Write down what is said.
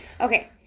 Okay